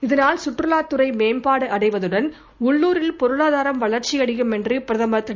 இதனால் சுற்றுலாத் துறை மேம்பாடு அடைவதுடன் உள்ளுரில் பொருளாதாரம் வளர்ச்சியடையும் என்று பிரதமர் திரு